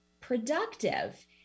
productive